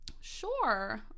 sure